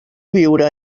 viure